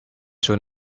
soon